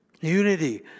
unity